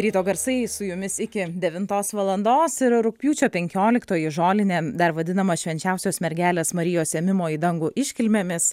ryto garsai su jumis iki devintos valandos ir rugpjūčio penkioliktoji žolinė dar vadinama švenčiausios mergelės marijos ėmimo į dangų iškilmėmis